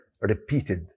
repeated